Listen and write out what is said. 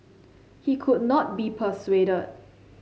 he could not be persuaded